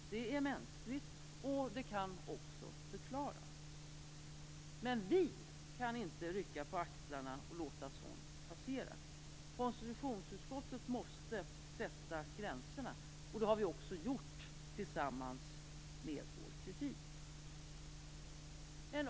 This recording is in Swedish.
Det är mänskligt, och det kan också förklaras. Men vi kan inte rycka på axlarna och låta sådant passera. Konstitutionsutskottet måste sätta gränserna. Det har vi också gjort, tillsammans med vår kritik.